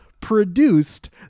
produced